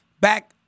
back